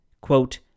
quote